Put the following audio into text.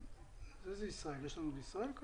אז תספר לנו את הסיפור האישי שלך.